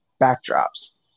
backdrops